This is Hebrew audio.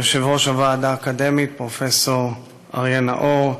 יושב-ראש הוועד האקדמי פרופ' אריה נאור,